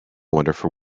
wonderful